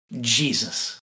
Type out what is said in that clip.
Jesus